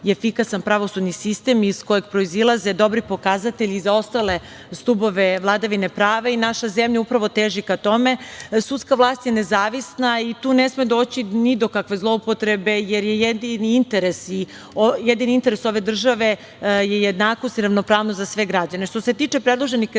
pravosudni sistem iz kojeg proizilaze dobri pokazatelji za ostale stubove vladavine prava. Naša zemlja upravo teži ka tome. Sudska vlast je nezavisna i tu ne sme doći ni do kakve zloupotrebe, jer je jedini interes ove države jednakost i ravnopravnost za sve građane. Što se tiče predloženih